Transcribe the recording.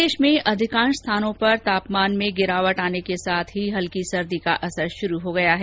राज्य में अधिकांश स्थानों पर तापमान में गिरावट आने के साथ ही हल्की सर्दी का असर शुरू हो गया है